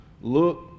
Look